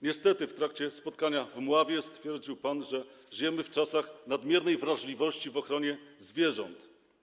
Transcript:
Niestety, w trakcie spotkania w Mławie stwierdził pan, że żyjemy w czasach nadmiernej wrażliwości w ochronie zwierząt.